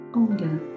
older